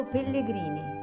Pellegrini